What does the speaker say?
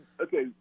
Okay